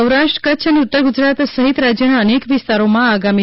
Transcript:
સૌરાષ્ટ્ર કચ્છ અને ઉત્તર ગુજરાત સહિત રાજયના અનેક વિસ્તારોમાં આગામી